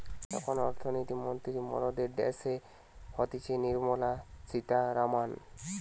এখন অর্থনীতি মন্ত্রী মরদের ড্যাসে হতিছে নির্মলা সীতারামান